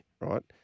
right